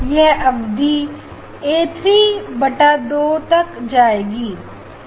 यह अवधि ए3 बटा दो तक जाएगी